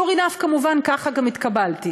sure enough כמובן, ככה גם התקבלתי.